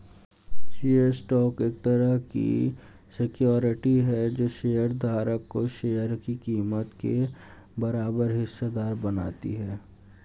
share stock एक तरह की सिक्योरिटी है जो शेयर धारक को शेयर की कीमत के बराबर हिस्सेदार बनाती है